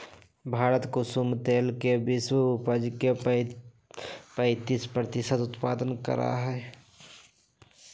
भारत कुसुम तेल के विश्व उपज के पैंतीस प्रतिशत उत्पादन करा हई